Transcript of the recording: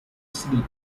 sleep